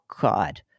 God